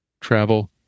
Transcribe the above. travel